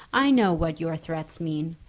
i know what your threats mean.